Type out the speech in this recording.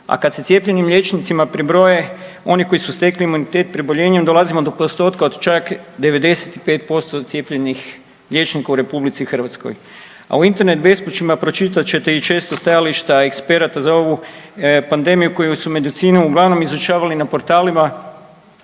a kada se cijepljenim liječnicima pribroje oni koji su stekli imunitet preboljenjem dolazimo do postotka od čak 95% cijepljenih liječnika u Republici Hrvatskoj. A u Internet … pročitat ćete i često stajališta eksperata za ovu pandemiju koju su medicinu uglavnom izučavali na portalima